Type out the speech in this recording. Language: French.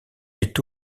est